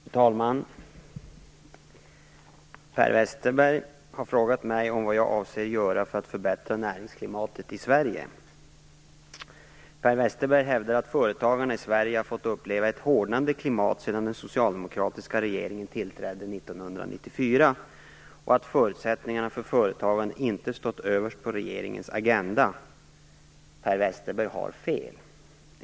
Fru talman! Per Westerberg har frågat mig om vad jag avser göra för att förbättra näringsklimatet i Sverige. Per Westerberg hävdar att företagarna i Sverige har fått uppleva ett hårdnande klimat sedan den socialdemokratiska regeringen tillträdde 1994 och att förutsättningarna för företagande inte stått överst på regerings agenda. Per Westerberg har fel.